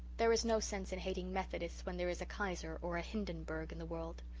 there is no sense in hating methodists when there is a kaiser or a hindenburg in the world.